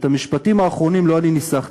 את המשפטים האחרונים לא אני ניסחתי.